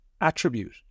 attribute